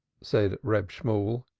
said reb shemuel,